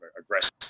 aggressive